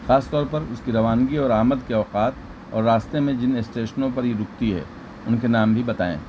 خاص طور پر اس کی روانگی اور آمد کے اوقات اور راستے میں جن اسٹیشنوں پر یہ رکتی ہے ان کے نام بھی بتائیں